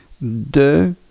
de